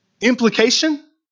Implication